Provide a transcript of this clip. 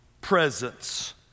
Presence